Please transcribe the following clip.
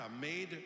made